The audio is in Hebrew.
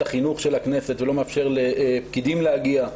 החינוך של הכנסת ולא מאפשר לפקידים להגיע,